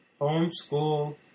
Homeschool